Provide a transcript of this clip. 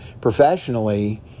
professionally